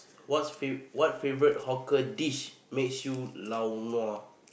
what's fav~ what favourite hawker dish makes you laonua